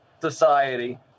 society